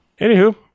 Anywho